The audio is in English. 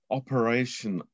operation